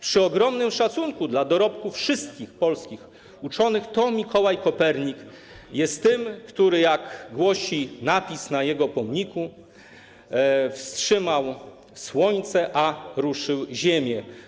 Przy ogromnym szacunku dla dorobku wszystkich polskich uczonych, to Mikołaj Kopernik jest tym, który - jak głosi napis na jego pomniku - wstrzymał Słońce, a ruszył Ziemię.